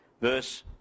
Verse